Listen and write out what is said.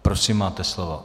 Prosím, máte slovo.